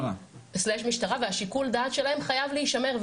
על שב"ס/משטרה ושיקול הדעת שלהם חייב להישמר.